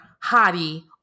Hadi